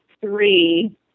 three